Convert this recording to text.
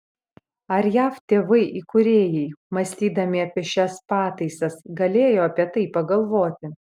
ar jav tėvai įkūrėjai mąstydami apie šias pataisas galėjo apie tai pagalvoti